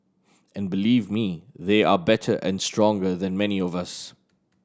and believe me they are better and stronger than many of us